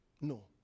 No